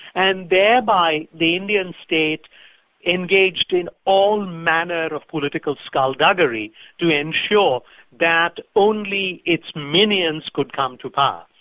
and thereby the indian state engaged in all manner of political skulduggery to ensure that only its minions could come to power.